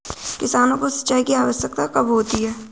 किसानों को सिंचाई की आवश्यकता कब होती है?